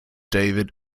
david